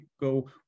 go